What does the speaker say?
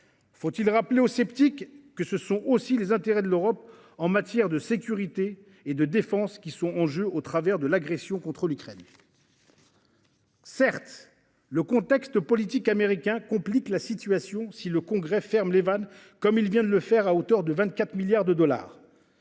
Faut-il rappeler aux sceptiques que ce sont aussi les intérêts de l’Europe en matière de sécurité et de défense qui sont en jeu au travers de l’agression de l’Ukraine ? Certes, le contexte politique américain complique la situation, surtout si le Congrès ferme les vannes des aides, à l’instar de ce qu’il vient de faire,